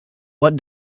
what